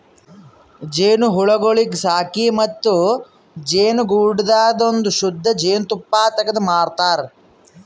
ಜೇನುಹುಳಗೊಳಿಗ್ ಸಾಕಿ ಮತ್ತ ಜೇನುಗೂಡದಾಂದು ಶುದ್ಧ ಜೇನ್ ತುಪ್ಪ ತೆಗ್ದು ಮಾರತಾರ್